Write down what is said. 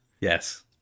yes